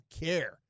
care